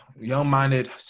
young-minded